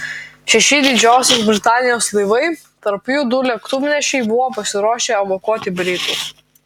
šeši didžiosios britanijos laivai tarp jų du lėktuvnešiai buvo pasiruošę evakuoti britus